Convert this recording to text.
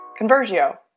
Convergio